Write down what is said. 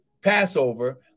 Passover